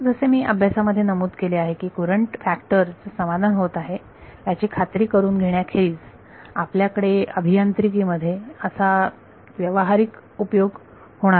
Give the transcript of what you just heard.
जसे मी अभ्यासामध्ये नमूद केले आहे की कुरंट फॅक्टर चे समाधान होत आहे याची खात्री करुन घेण्याखेरीज आपल्याकडे अभियांत्रिकी मध्ये असा व्यावहारिक उपयोग होणार नाही